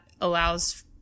allows